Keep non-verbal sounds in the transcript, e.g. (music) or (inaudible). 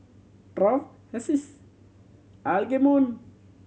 Taft Hessie (unintelligible)